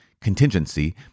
contingency